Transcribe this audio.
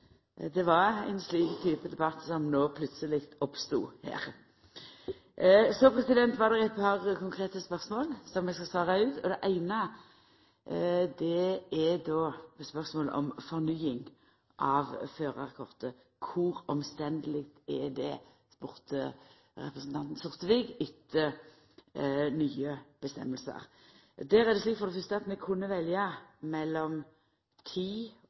det var ein slik type debatt som no brått oppstod her. Så var det eit par konkrete spørsmål som eg skal svara på. Det eine er spørsmålet om fornying av førarkortet. Kor omstendeleg er det etter nye reglar, spurde representanten Sortevik. For det fyrste er det slik at vi kunne velja mellom